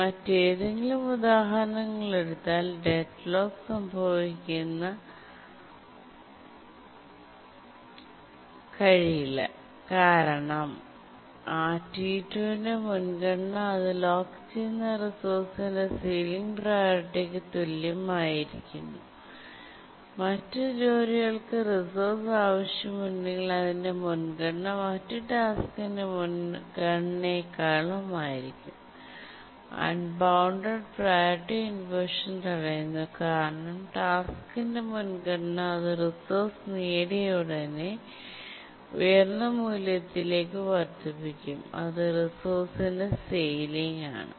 മറ്റേതെങ്കിലും ഉദാഹരണ എടുത്താൽ ഡെഡ്ലോക്ക് സംഭവിക്കാൻ കഴിയില്ല കാരണം T2 ന്റെ മുൻഗണന അത് ലോക്ക് ചെയ്യുന്ന റിസോഴ്സിന്റെ സീലിംഗ് പ്രിയോറിറ്റി യ്ക്ക് തുല്യമാക്കിയിരിക്കുന്നു മറ്റ് ജോലികൾക്ക് റിസോഴ്സ് ആവശ്യമുണ്ടെങ്കിൽ അതിന്റെ മുൻഗണന മറ്റ് ടാസ്കിന്റെ മുൻഗണനയേക്കാളും ആയിരിക്കും അൺ ബൌന്ദേദ് പ്രിയോറിറ്റി ഇൻവെർഷൻ തടയുന്നു കാരണം ടാസ്കിന്റെ മുൻഗണന അത് റിസോഴ്സ് നേടിയയുടനെ ഉയർന്ന മൂല്യത്തിലേക്ക് വർദ്ധിപ്പിക്കും അത് റിസോഴ്സിന്റെ സെയ്ലിംഗ് ആണ്